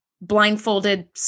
blindfolded